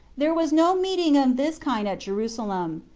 there was no meeting of this kind at jerusalem,